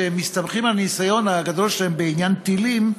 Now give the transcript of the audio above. שמסתמכים על הניסיון הגדול שלהם בעניין טילים,